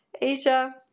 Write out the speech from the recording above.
asia